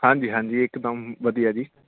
ਹਾਂਜੀ ਹਾਂਜੀ ਇੱਕਦਮ ਵਧੀਆ ਜੀ